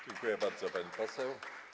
Dziękuję bardzo, pani poseł.